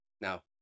Now